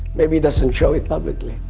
maybe he doesn't show it publicly,